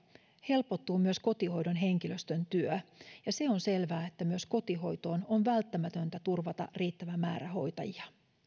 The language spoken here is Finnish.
helpottuu myös kotihoidon henkilöstön työ ja se on selvää että myös kotihoitoon on välttämätöntä turvata riittävä määrä hoitajia